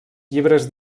llibres